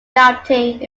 doubting